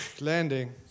landing